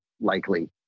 likely